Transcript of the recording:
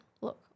look